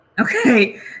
Okay